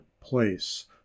place